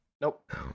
Nope